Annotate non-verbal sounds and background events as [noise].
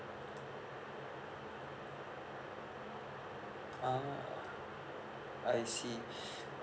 ah I see [breath]